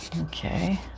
Okay